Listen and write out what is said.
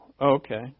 okay